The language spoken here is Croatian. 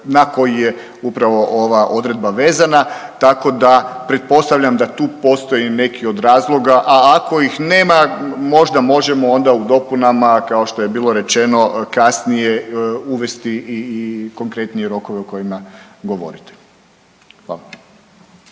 na koji je upravo ova odredba vezana, tako da pretpostavljam da tu postoji neki od razloga, a ako ih nema možda možemo onda u dopunama kao što je bilo rečeno, kasnije uvesti i konkretnije rokove o kojima govorite. Hvala.